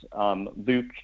Luke